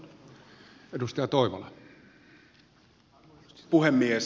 arvoisa puhemies